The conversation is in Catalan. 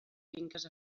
finques